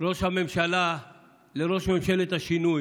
ראש הממשלה לראש ממשלת השינוי: